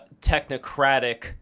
technocratic